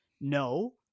no